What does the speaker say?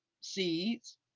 seeds